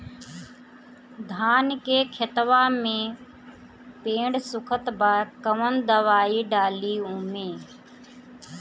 धान के खेतवा मे पेड़ सुखत बा कवन दवाई डाली ओमे?